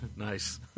Nice